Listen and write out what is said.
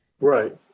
Right